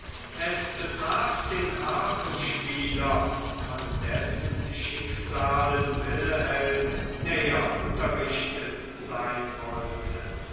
es betraf den harfenspieler von dessen schicksalen wilhelm näher unterrichtet sein wollte